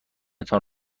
تان